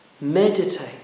meditate